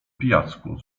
pijacku